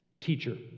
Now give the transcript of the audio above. Teacher